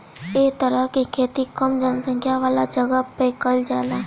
ए तरह के खेती कम जनसंख्या वाला जगह पे कईल जाला